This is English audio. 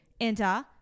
enter